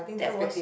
that was